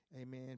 Amen